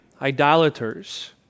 idolaters